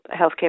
healthcare